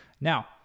Now